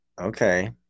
okay